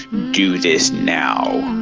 do this now.